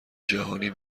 جهانی